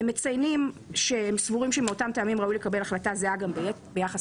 הם מציינים שהם סבורים שמאותם טעמים ראוי לקבל החלטה זהה גם ביחס